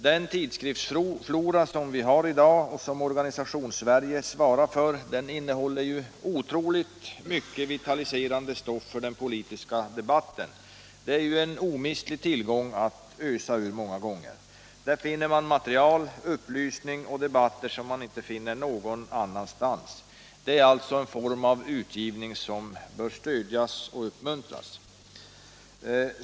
Den tidskriftsflora som vi i dag har och som organisationssverige svarar för, innehåller otroligt mycket vitaliserande stoff för den politiska debatten. Det är en många gånger omistlig tillgång att ösa ur. Där finner man material, upplysning och debatter som man icke finner någon annanstans. Det är alltså en form av utgivning som bör stödjas och uppmuntras.